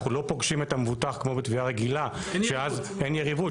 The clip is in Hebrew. אנחנו לא פוגשים את המבוטח כמו בתביעה רגילה שאז אין יריבות,